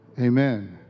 Amen